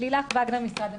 ממשרד המשפטים.